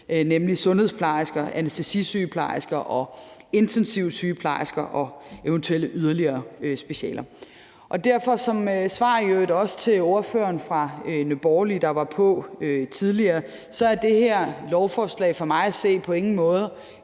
nemlig sundhedsplejersker, anæstesisygeplejersker og intensivsygeplejersker og eventuelle yderligere specialer. Derfor vil jeg sige som svar, i øvrigt også til ordføreren for Nye Borgerlige, der var på tidligere, at det her lovforslag for mig at se på ingen måde